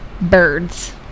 bird's